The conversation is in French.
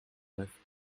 neuf